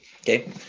Okay